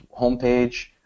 homepage